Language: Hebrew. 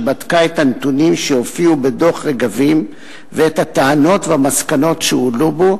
שבדקה את הנתונים שהופיעו בדוח "רגבים" ואת הטענות והמסקנות שהועלו בו,